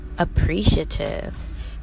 appreciative